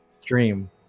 stream